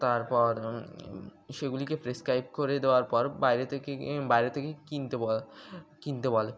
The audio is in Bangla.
তারপর সেগুলিকে প্রেসক্রাইব করে দেওয়ার পর বাইরে থেকে বাইরে থেকে কিনতে কিনতে বলে